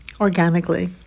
organically